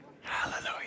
Hallelujah